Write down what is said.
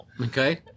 Okay